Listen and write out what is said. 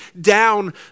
down